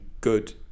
good